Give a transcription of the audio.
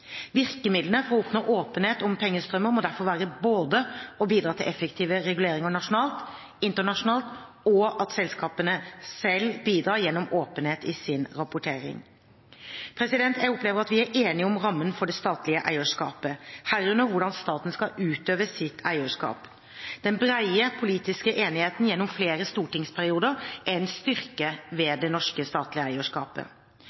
Virkemidlene for å oppnå åpenhet om pengestrømmer må derfor være både å bidra til effektive reguleringer nasjonalt, internasjonalt og at selskapene selv bidrar gjennom åpenhet i sin rapportering. Jeg opplever at vi er enige om rammene for det statlige eierskapet, herunder hvordan staten skal utøve sitt eierskap. Den brede politiske enigheten gjennom flere stortingsperioder er en styrke